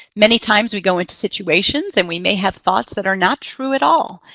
many times, we go into situations, and we may have thoughts that are not true at all,